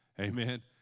Amen